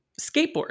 skateboard